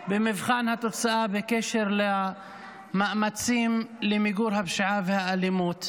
התוצאה בקשר למאמצים למיגור הפשיעה והאלימות,